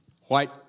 white